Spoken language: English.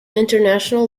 international